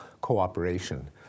cooperation